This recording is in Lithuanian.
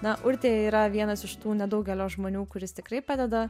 na urtė yra vienas iš tų nedaugelio žmonių kuris tikrai padeda